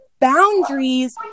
boundaries